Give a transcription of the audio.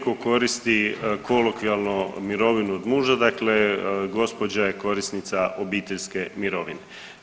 Ukoliko koristi kolokvijalno mirovinu od muža dakle gospođa je korisnica obiteljske mirovine.